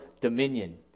dominion